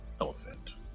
elephant